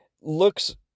Looks